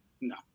No